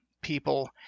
people